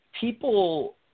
people